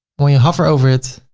when you hover over it,